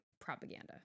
propaganda